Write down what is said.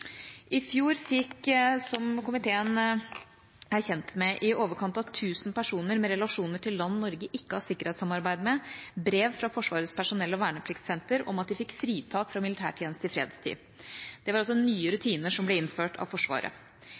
I fjor fikk – som komiteen er kjent med – i overkant av 1 000 personer med relasjoner til land Norge ikke har sikkerhetssamarbeid med, brev fra Forsvarets personell- og vernepliktsenter om at de fikk fritak fra militærtjeneste i fredstid. Det var altså nye rutiner som ble innført av Forsvaret.